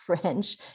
French